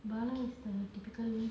bala is the typical